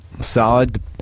Solid